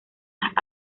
las